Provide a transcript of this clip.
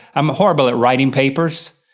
i'm horrible at writing papers.